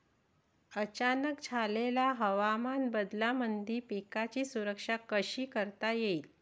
अचानक झालेल्या हवामान बदलामंदी पिकाची सुरक्षा कशी करता येईन?